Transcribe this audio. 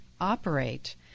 Operate